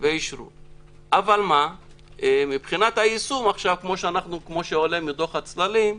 אבל מבחינת היישום, כפי שעולה מדוח הצללים,